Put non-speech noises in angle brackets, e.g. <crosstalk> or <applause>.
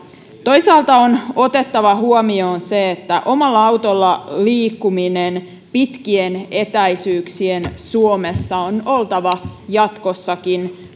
toisaalta on otettava huomioon se että omalla autolla liikkumisen pitkien etäisyyksien suomessa on oltava jatkossakin <unintelligible>